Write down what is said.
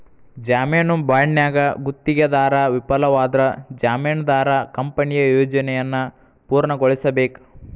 ಜಾಮೇನು ಬಾಂಡ್ನ್ಯಾಗ ಗುತ್ತಿಗೆದಾರ ವಿಫಲವಾದ್ರ ಜಾಮೇನದಾರ ಕಂಪನಿಯ ಯೋಜನೆಯನ್ನ ಪೂರ್ಣಗೊಳಿಸಬೇಕ